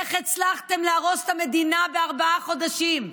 איך הצלחתם להרוס את המדינה בארבעה חודשים?